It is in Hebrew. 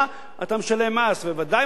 בוודאי אם אתה תושב חוץ אתה משלם מס.